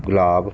ਗੁਲਾਬ